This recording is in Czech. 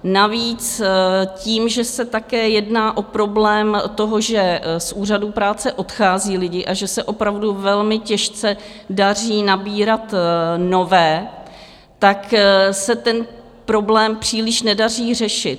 Navíc tím, že se také jedná o problém toho, že z úřadů práce odchází lidi a že se opravdu velmi těžce daří nabírat nové, se ten problém příliš nedaří řešit.